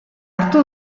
hartu